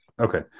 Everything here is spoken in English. Okay